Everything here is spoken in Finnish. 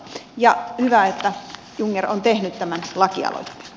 hyvä että jungner on tehnyt tämän lakialoitteen